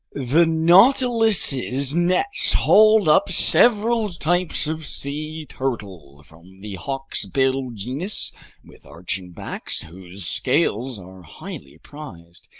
the nautilus's nets hauled up several types of sea turtle from the hawksbill genus with arching backs whose scales are highly prized.